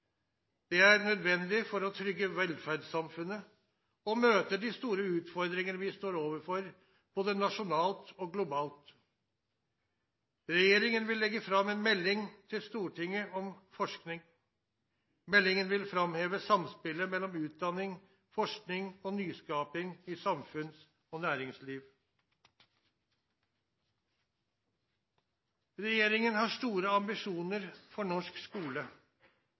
Det er nødvendig for å trygge velferdssamfunnet og møte de store utfordringene vi står overfor både nasjonalt og globalt. Regjeringen vil legge fram en melding til Stortinget om forskning. Meldingen vil framheve samspillet mellom utdanning, forskning og nyskaping i samfunns- og næringsliv. Regjeringen har store ambisjoner for norsk skole.